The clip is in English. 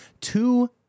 two